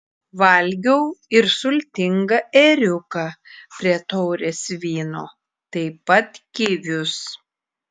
valgiau ir sultingą ėriuką prie taurės vyno taip pat kivius